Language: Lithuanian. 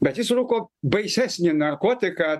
bet jis rūko baisesnį narkotiką